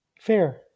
Fair